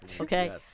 Okay